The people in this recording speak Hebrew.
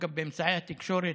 אגב באמצעי התקשורת,